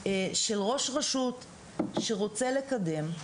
של ראש רשות שרוצה לקדם,